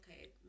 okay